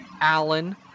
Allen